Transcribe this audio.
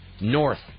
north